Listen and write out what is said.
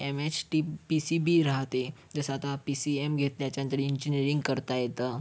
M H T P C B राहते जसं आता पी सी एम घेतल्याच्यानंतर इंजीनियरिंग करता येतं